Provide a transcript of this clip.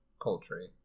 poultry